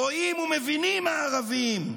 "רואים ומבינים הערביים,